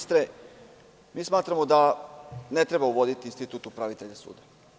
Smatramo da ne treba uvoditi institut upravitelja suda.